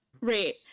Right